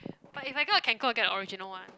but if I go I can go to get the original one